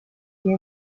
que